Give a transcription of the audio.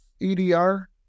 EDR